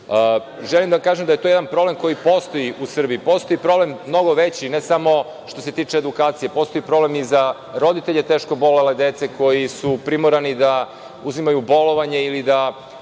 kuće. Želim da kažem da je to jedan problem koji postoji u Srbiji. Postoji problem mnogo veći, ne samo što se tiče edukacije, postoji problem i za roditelje teško obolele dece koji su primorani da uzimaju bolovanje ili da